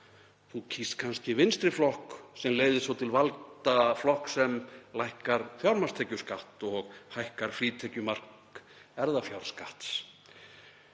Þú kýst kannski vinstri flokk sem leiðir svo til valda flokk sem lækkar fjármagnstekjuskatt og hækkar frítekjumark erfðafjárskatts.